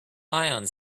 ions